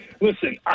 Listen